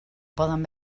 poden